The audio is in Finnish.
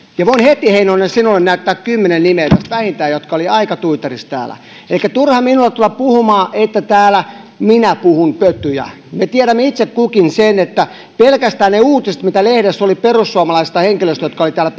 voin heti heinonen sinulle näyttää kymmenen nimeä tästä vähintään jotka olivat aika tuiterissa täällä elikkä on turha minulle tulla puhumaan että täällä minä puhun pötyä me tiedämme itse kukin sen että pelkästään ne uutiset mitä lehdessä oli perussuomalaisista henkilöistä jotka olivat täällä